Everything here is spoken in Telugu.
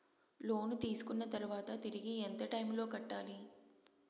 లోను తీసుకున్న తర్వాత తిరిగి ఎంత టైములో కట్టాలి